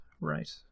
right